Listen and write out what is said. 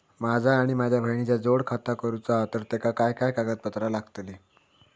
माझा आणि माझ्या बहिणीचा जोड खाता करूचा हा तर तेका काय काय कागदपत्र लागतली?